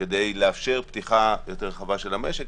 כדי לאפשר פתיחה יותר רחבה של המשק,